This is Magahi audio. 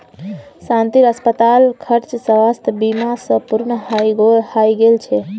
शांतिर अस्पताल खर्च स्वास्थ बीमा स पूर्ण हइ गेल छ